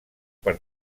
per